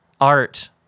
art